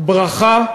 ברכה,